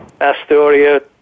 Astoria